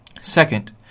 Second